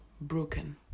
broken